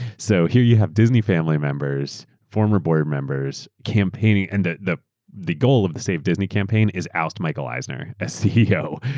so here you have disney family members, former board members campaigning and the the goal of the save disney campaign is oust michael eisner as ceo.